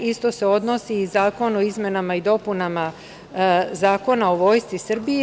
Isto se odnosi i na Zakon o izmenama i dopunama Zakona o Vojsci Srbije.